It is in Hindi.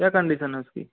क्या कंडिशन है उसकी